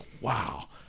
wow